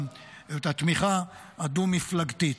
את התמיכה הדו-מפלגתית.